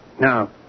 Now